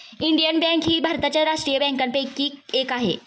Indian bank ही भारताच्या राष्ट्रीय बँकांपैकी एक आहे